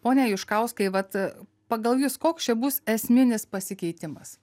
pone juškauskai vat pagal jus koks čia bus esminis pasikeitimas